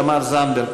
תמר זנדברג.